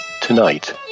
tonight